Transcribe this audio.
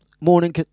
Morning